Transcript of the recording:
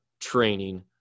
training